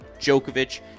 Djokovic